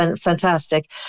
fantastic